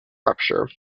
rupture